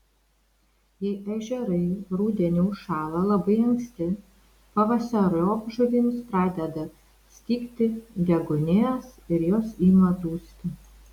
jei ežerai rudenį užšąla labai anksti pavasariop žuvims pradeda stigti deguonies ir jos ima dusti